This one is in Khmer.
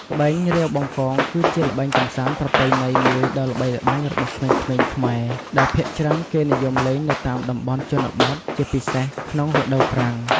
ល្បែងរាវបង្កង គឺជាល្បែងកម្សាន្តប្រពៃណីមួយដ៏ល្បីល្បាញរបស់ក្មេងៗខ្មែរ ដែលភាគច្រើនគេនិយមលេងនៅតាមតំបន់ជនបទ ជាពិសេសក្នុងរដូវប្រាំង។